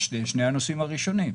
שני הנושאים הראשונים.